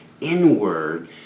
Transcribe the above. inward